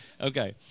okay